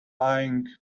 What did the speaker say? lying